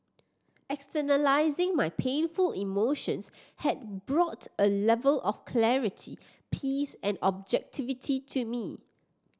externalising my painful emotions had brought a level of clarity peace and objectivity to me